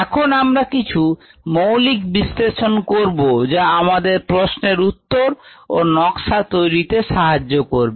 এখন আমরা কিছু মৌলিক বিশ্লেষণ করব যা আমাদের প্রশ্নের উত্তর ও নকশা তৈরিতে সাহায্য করবে